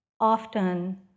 often